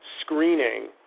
screening